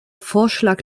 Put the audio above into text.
vorschlag